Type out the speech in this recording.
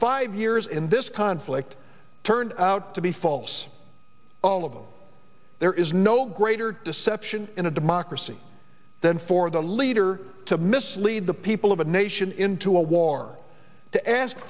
five years in this conflict turned out to be false all of them there is no greater deception in a democracy than for the leader to mislead the people of a nation into a war to ask